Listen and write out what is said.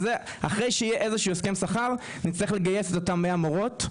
אחרי שיהיה הסכם שכר אנחנו נצטרך לגייס את אותן עוד 100 מורות.